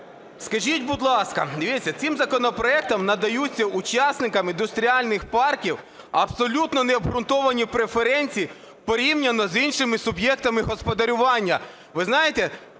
Скажіть, будь ласка, дивіться, цим законопроектом надаються учасникам індустріальних парків абсолютно необґрунтовані преференції порівняно з іншими суб'єктами господарювання. Ви знаєте,